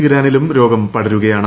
ഇറാനിലും രോഗം പടരുകയാണ്